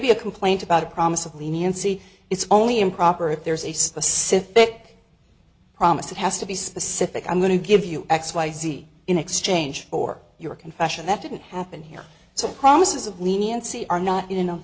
be a complaint about a promise of leniency it's only improper if there's a specific promise it has to be specific i'm going to give you x y z in exchange for your confession that didn't happen here so promises of leniency are not